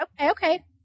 Okay